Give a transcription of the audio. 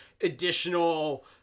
additional